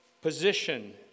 position